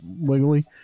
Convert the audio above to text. wiggly